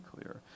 clear